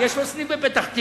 יש לו סניף בפתח-תקווה,